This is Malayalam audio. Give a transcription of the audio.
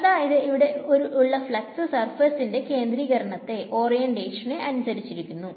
അതായത് ഇവിടെ ഉള്ള ഫ്ലക്സ് സർഫേസ് ന്റെ കേന്ദ്രീകരണത്തെഅനുസരിച്ചിരിക്കുന്നു